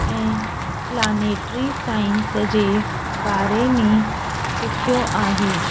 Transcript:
ऐं planetary science जे बारे में सिखियो आहे